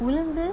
உளுந்து:ulundthu